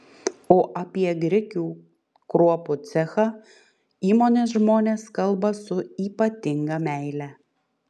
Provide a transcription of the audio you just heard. o apie grikių kruopų cechą įmonės žmonės kalba su ypatinga meile